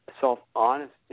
self-honesty